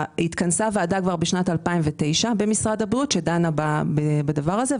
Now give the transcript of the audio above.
התכנסה ועדה כבר בשנת 2009 במשרד הבריאות שדנה בדבר הזה,